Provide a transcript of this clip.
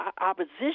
opposition